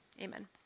Amen